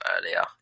earlier